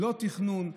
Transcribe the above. לא תכנון.